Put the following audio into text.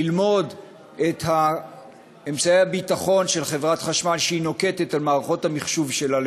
ללמוד את אמצעי הביטחון שחברת החשמל נוקטת לגבי מערכות המחשוב שלה,